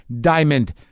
Diamond